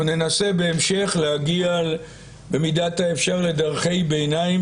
וננסה בהמשך להגיע במידת האפשר לדרכי ביניים,